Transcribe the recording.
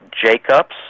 Jacobs